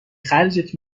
خرجت